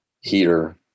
heater